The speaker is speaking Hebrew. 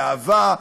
באהבה,